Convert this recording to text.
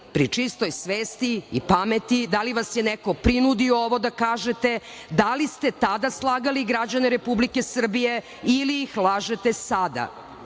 pri čistoj svesti i pameti? Da li vas je neko prinudio ovo da kažete? Da li ste tada slagali građane Republike Srbije ili ih lažete sada? Da